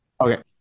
okay